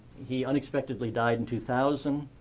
he unexpectedly died in two thousand.